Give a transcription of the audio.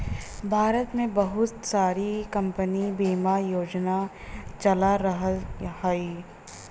भारत में बहुत सारी कम्पनी बिमा योजना चला रहल हयी